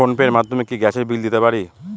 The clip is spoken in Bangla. ফোন পে র মাধ্যমে কি গ্যাসের বিল দিতে পারি?